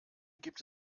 gibt